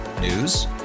News